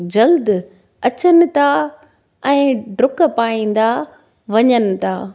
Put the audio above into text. जल्द अचनि था ऐं डुकु पाईंदा वञनि था